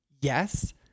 yes